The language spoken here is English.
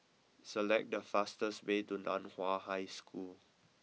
select the fastest way to Nan Hua High School